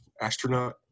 astronaut